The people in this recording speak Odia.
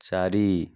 ଚାରି